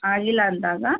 ಆಗಿಲ್ಲ ಅಂದಾಗ